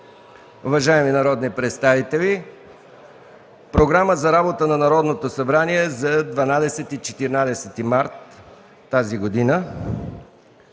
Уважаеми народни представители, Програма за работа на Народното събрание за 12-14 март 2014 г.: